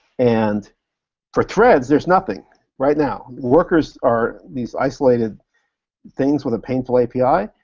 and for threads, there's nothing right now. workers are these isolated things with a painful api,